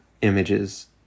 images